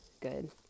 good